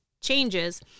changes